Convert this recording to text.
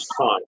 time